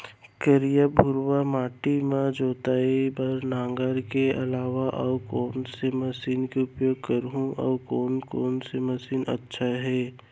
करिया, भुरवा माटी म जोताई बार नांगर के अलावा अऊ कोन से मशीन के उपयोग करहुं अऊ कोन कोन से मशीन अच्छा है?